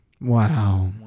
Wow